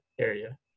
area